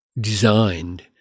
designed